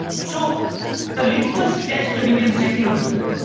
so the litmus test of indian secularism